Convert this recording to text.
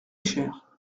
cher